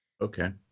Okay